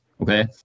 Okay